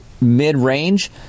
mid-range